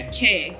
Okay